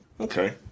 Okay